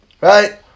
right